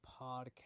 podcast